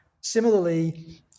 Similarly